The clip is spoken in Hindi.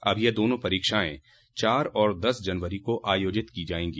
अब यह दोनों परीक्षाएं चार और दस जनवरी को आयोजित की जायेगी